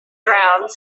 ground